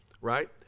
right